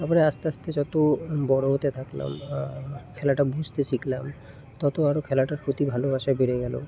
তারপরে আস্তে আস্তে যত বড়ো হতে থাকলাম খেলাটা বুঝতে শিখলাম ততো আরো খেলাটার প্রতি ভালোবাসাই বেড়ে গেলো